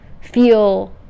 feel